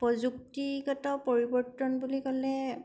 প্ৰযুক্তিগত পৰিৱৰ্তন বুলি ক'লে